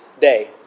day